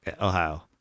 Ohio